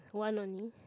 one only